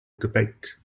debate